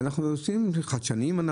אנחנו חדשניים,